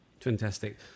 Fantastic